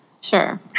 Sure